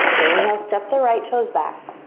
inhale step the right toes back.